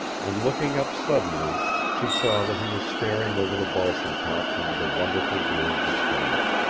and looking up suddenly she saw that he was staring over the balsam-tops into the wonderful blue of the sky.